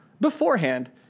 beforehand